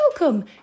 welcome